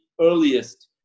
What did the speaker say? earliest